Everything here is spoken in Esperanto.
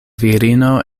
virino